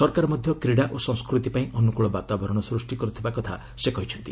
ସରକାର ମଧ୍ୟ କ୍ରୀଡ଼ା ଓ ସଂସ୍କୃତି ପାଇଁ ଅନୁକୃଳ ବାତାବରଣ ସୃଷ୍ଟି କରୁଥିବା କଥା ସେ କହିଛନ୍ତି